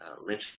Lynch